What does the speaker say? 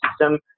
system